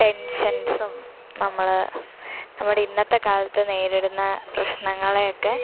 ടെൻഷൻസും നമ്മൾ നമ്മുടെ ഇന്നത്തെ കാലത്ത് നേരിടുന്ന പ്രശ്നങ്ങൾ ഒക്കെ